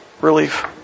relief